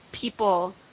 people